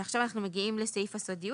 ועכשיו אנחנו מגיעים לסעיף הסודיות